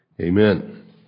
Amen